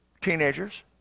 teenagers